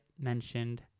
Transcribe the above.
mentioned